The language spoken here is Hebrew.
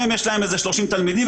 להם יש כ-30 תלמידים,